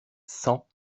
cent